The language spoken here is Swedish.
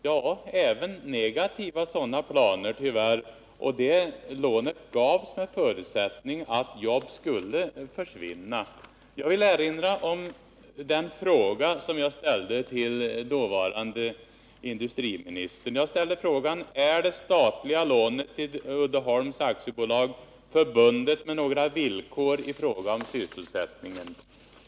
Ja, men även negativa sådana planer — när lånet gavs förutsattes att jobb skulle försvinna. Jag vill erinra om den fråga jag ställde till dåvarande industriministern: Är det statliga lånet till Uddeholms AB förbundet med några villkor i fråga om sysselsättningen?